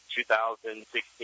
2016